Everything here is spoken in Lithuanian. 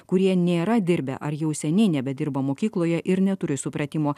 kurie nėra dirbę ar jau seniai nebedirba mokykloje ir neturi supratimo